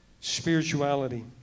spirituality